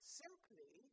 simply